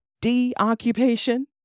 De-occupation